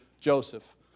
Joseph